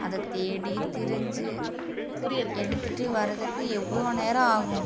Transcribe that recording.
அதைத்தேடி திரிஞ்சு எடுத்துகிட்டு வரதுக்கு எவ்வளோ நேரம் ஆகும்